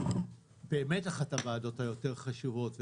באמת אחת הוועדות היותר חשובות.